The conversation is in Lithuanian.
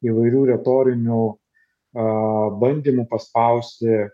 įvairių retorinių bandymų paspausti